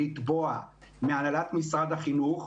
לתבוע מהנהלת משרד החינוך,